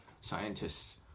Scientists